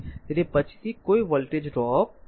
તેથી પછીથી કોઈ વોલ્ટેજ ડ્રોપ નથી આ જોશે